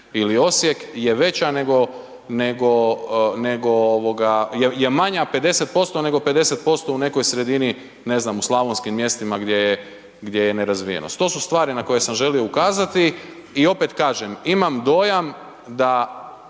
ili Osijek je manja 50% nego 50% u nekoj sredini, ne znam u slavonskim mjestima gdje je nerazvijeno. To su stvari na koje sam želio ukazati i opet kažem, imam dojam da